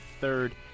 third